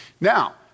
Now